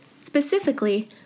Specifically